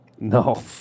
No